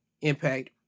Impact